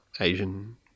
Asian